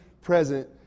present